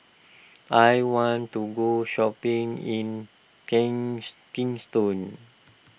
I want to go shopping in kings Kingston